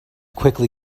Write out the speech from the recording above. quickly